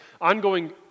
ongoing